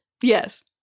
Yes